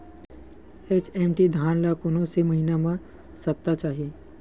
HMT धान ल कोन से महिना म सप्ता चाही?